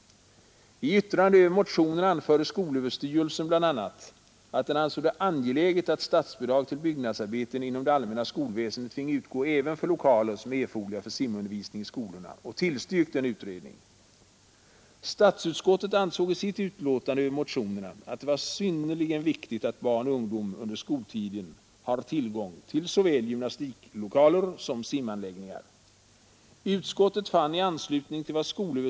I yttrande över motionen anförde skolöverstyrelsen bl.a., att den ansåg det angeläget att statsbidrag till byggnadsarbeten inom det allmänna skolväsendet finge utgå även för lokaler som är erforderliga för simundervisning i skolorna och tillstyrkte en utredning. Statsutskottet ansåg i sitt utlåtande över motionerna att det var synnerligen viktigt att barn och ungdom under skoltiden hade tillgång till såväl gymnastiklokaler som simanläggningar.